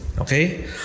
okay